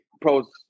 pros